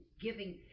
giving